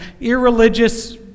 irreligious